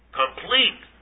complete